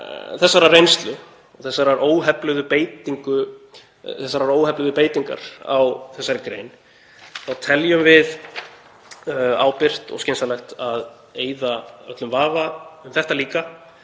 þessarar reynslu, þessarar óhefluðu beitingar á þessari grein, teljum við ábyrgt og skynsamlegt að eyða öllum vafa um þetta líka